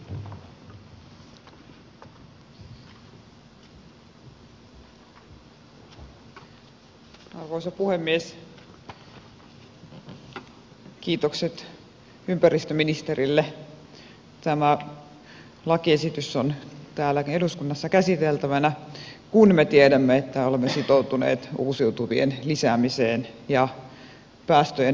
tämä lakiesitys on täällä eduskunnassa käsiteltävänä kun me tiedämme että olemme sitoutuneet uusiutuvien lisäämiseen ja päästöjen vähentämiseen